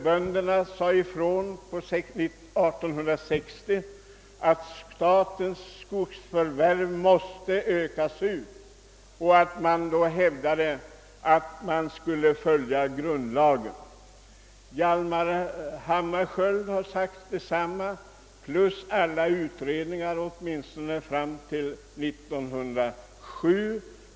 Bönderna sade 1860 ifrån att statens skogsförvärv måste utökas och att man därvid skulle följa grundlagens föreskrifter. Detsamma har uttalats av Hjalmar Hammarskjöld liksom av alla utredningar på området åtminstone fram till år 1907.